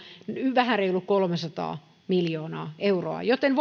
vähän reilut kolmesataa miljoonaa euroa joten